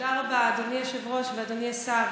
תודה רבה, אדוני היושב-ראש ואדוני השר.